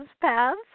paths